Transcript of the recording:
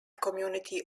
community